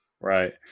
right